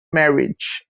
marriage